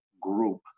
group